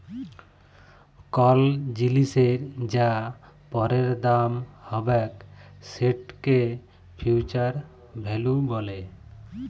call জিলিসের যা পরের দাম হ্যবেক সেটকে ফিউচার ভ্যালু ব্যলে